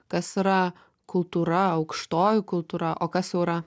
kas yra kultūra aukštoji kultūra o kas siaura